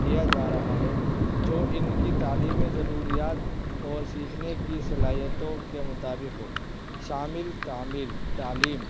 کیا جا رہا ہے جو ان کی تعلیمی ضروریات اور سیکھنے کی صلاحیتوں کے مطابق ہو شامل تعمیل تعلیم